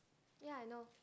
ya I know